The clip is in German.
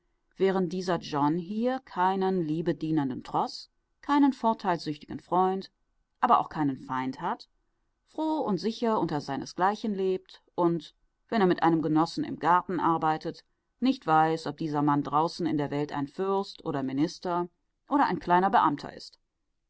während dieser john hier keinen liebedienernden troß keinen vorteilssüchtigen freund aber auch keinen feind hat froh und sicher unter seinesgleichen lebt und wenn er mit einem genossen im garten arbeitet nicht weiß ob dieser mann draußen in der welt ein fürst oder minister oder ein kleiner beamter ist